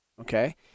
okay